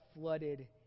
flooded